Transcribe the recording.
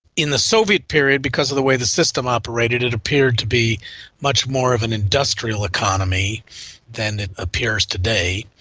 in the soviet period, because of the way the system operated, it appeared to be much more of an industrial economy than it appears today.